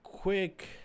Quick